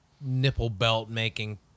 nipple-belt-making